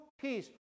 peace